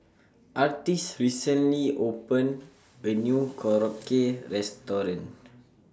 Artis recently opened A New Korokke Restaurant